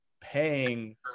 paying